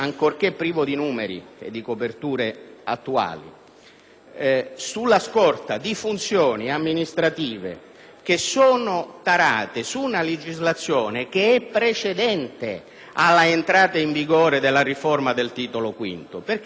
sulla scorta di funzioni amministrative tarate su una legislazione precedente all'entrata in vigore della riforma del Titolo V. Dal nostro punto di vista, infatti, la questione cruciale è anche questa: